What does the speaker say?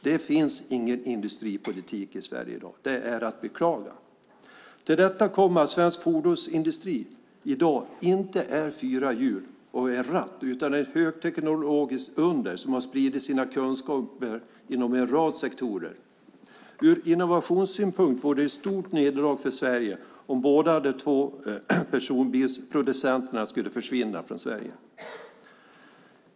Det finns ingen industripolitik i Sverige i dag. Det är att beklaga. Till detta kommer att svensk fordonsindustri i dag inte är fyra hjul och en ratt utan ett högteknologiskt under som har spritt sina kunskaper inom en rad sektorer. Ur innovationssynpunkt vore det ett stort nederlag för Sverige om båda de två personbilsproducenterna skulle försvinna från Sverige.